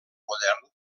modern